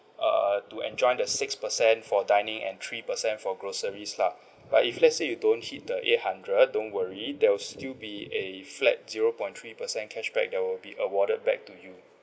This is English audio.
err to enjoy the six percent for dining and three percent for groceries lah but if let's say you don't see the eight hundred don't worry there will still be a flat zero point three percent cashback that will be awarded back to you